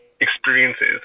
experiences